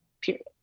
period